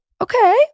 okay